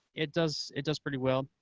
it does it does pretty well.